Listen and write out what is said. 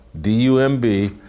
D-U-M-B